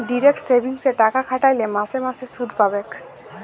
direct সেভিংসে টাকা খ্যাট্যাইলে মাসে মাসে সুদ পাবেক